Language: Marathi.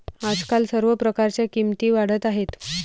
आजकाल सर्व प्रकारच्या किमती वाढत आहेत